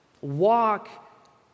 Walk